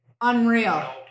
Unreal